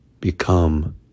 become